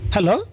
Hello